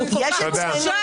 הוא כל כך מוכר.